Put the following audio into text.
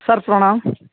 sir ପ୍ରଣାମ